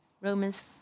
Romans